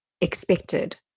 expected